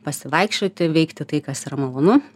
pasivaikščioti veikti tai kas yra malonu